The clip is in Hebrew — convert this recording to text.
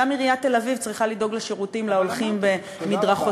גם עיריית תל-אביב צריכה לדאוג לשירותים להולכים על מדרכותיה,